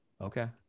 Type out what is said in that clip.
Okay